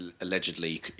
allegedly